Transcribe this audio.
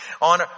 on